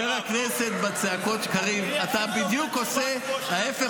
בצעקות שלך אתה עושה בדיוק ההפך,